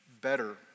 better